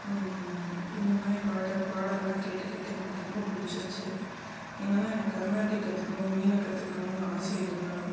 இந்த மாதிரி பாட்டு பாடலெலாம் கேட்டு கேட்டு எனக்கு ரொம்ப பிடிச்சிருச்சி என்ன தான் எனக்கு கர்நாடிக் கற்றுக்கணும் வீணை கற்றுக்கணும்னு ஆசை இருந்தாலும்